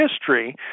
history